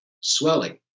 swelling